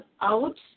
out